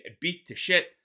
beat-to-shit